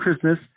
Christmas